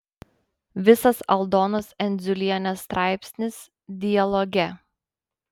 visas aldonos endziulienės straipsnis dialoge